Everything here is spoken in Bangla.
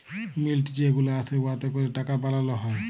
মিল্ট যে গুলা আসে উয়াতে ক্যরে টাকা বালাল হ্যয়